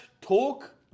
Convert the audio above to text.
talk